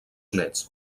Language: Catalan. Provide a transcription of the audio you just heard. néts